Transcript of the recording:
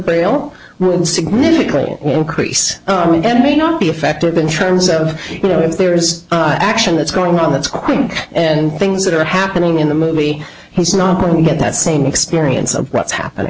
would significantly increase me not be effective in terms of you know if there is action that's going on that's quick and things that are happening in the movie he's not going to get that same experience of what's happening